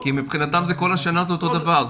כי מבחינתם כל השנה זה אותו דבר.